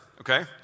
okay